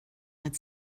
had